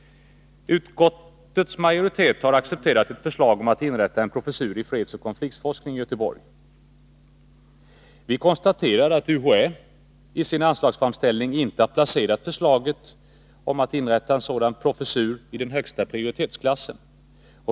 Utskottets majoritet har accepterat ett förslag om att inrätta en professur i fredsoch konfliktforskning i Göteborg. Vi moderater konstaterar att UHÄ i sin anslagsframställning inte har placerat förslaget om inrättandet av en professur i fredsoch konfliktforskning i den högsta prioritetsklassen.